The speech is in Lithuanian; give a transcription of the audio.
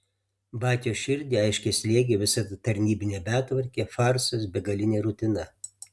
batios širdį aiškiai slėgė visa ta tarnybinė betvarkė farsas begalinė rutina